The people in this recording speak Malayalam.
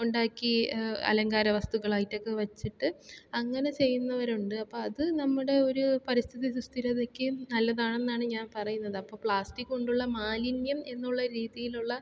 ഉണ്ടാക്കി അലങ്കാര വസ്തുക്കളായിട്ടൊക്കെ വെച്ചിട്ട് അങ്ങനെ ചെയ്യുന്നവരുണ്ട് അപ്പം അത് നമ്മുടെ ഒരു പരിസ്ഥിതി സുസ്ഥിരതയ്ക്കും നല്ലതാണെന്നാണ് ഞാൻ പറയുന്നത് അപ്പോൾ പ്ലാസ്റ്റിക് കൊണ്ടുള്ള മാലിന്യം എന്നുള്ളൊരു രീതിയിലുള്ള